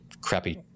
crappy